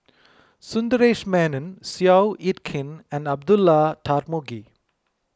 Sundaresh Menon Seow Yit Kin and Abdullah Tarmugi